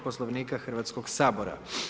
Poslovnika Hrvatskog sabora.